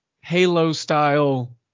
Halo-style –